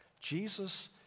Jesus